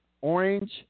orange